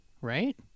right